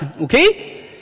Okay